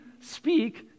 speak